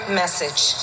message